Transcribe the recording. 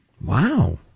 Wow